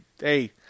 hey